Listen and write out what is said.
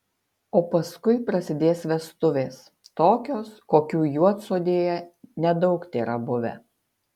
o paskui prasidės vestuvės tokios kokių juodsodėje nedaug tėra buvę